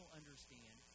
understand